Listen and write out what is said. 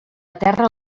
terra